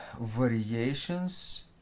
variations